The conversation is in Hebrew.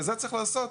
ולשם כך צריך לעשות